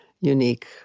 unique